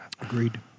Agreed